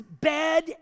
bed